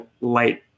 light